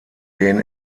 den